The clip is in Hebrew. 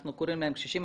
אנחנו קוראים להם קשישים,